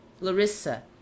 Larissa